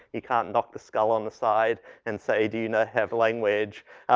you can't knock the skull on the side and say, do you not have language.